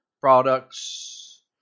products